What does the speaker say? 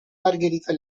margherita